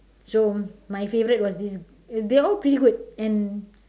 so my favourite was this they all pretty good and